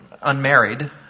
unmarried